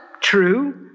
True